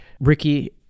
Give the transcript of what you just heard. Ricky